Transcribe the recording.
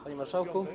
Panie Marszałku!